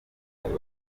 kumwe